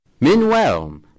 Meanwhile